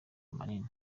manini